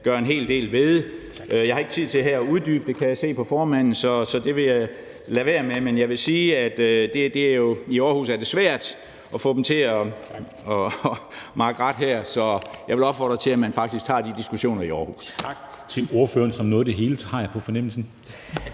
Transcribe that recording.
gøre en hel del ved. Jeg har ikke tid til her at uddybe det, kan jeg se på formanden, så det vil jeg lade være med, men jeg vil sige, at det jo er svært at få dem til at makke ret i Aarhus, så jeg vil opfordre til, at man faktisk tager de diskussioner i Aarhus. Kl. 10:50 Formanden (Henrik Dam Kristensen): Tak til ordføreren, som nåede det hele, har jeg på fornemmelsen.